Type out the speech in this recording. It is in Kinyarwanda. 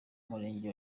umurenge